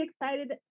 excited